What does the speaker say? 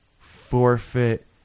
forfeit